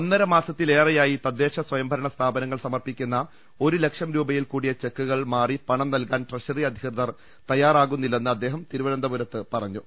ഒന്നരമാസത്തിലേറെയായി തദ്ദേശസ്വയം ഭരണ സ്ഥാപനങ്ങൾ സമർപ്പിക്കുന്ന ഒരു ലക്ഷം രൂപയിൽ കൂടിയ ചെക്കു ട കൾ മാറി പണം നൽകാൻ ട്രഷറി അധികൃതർ തയ്യാറാകുന്നില്ലെന്ന് അദ്ദേഹം തിരുവനന്തപുരത്ത് പറഞ്ഞു